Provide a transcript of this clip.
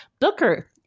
Booker